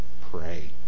pray